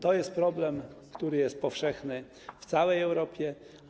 To jest problem, który jest powszechny w całej Europie.